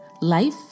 life